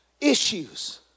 Issues